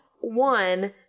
one